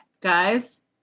guys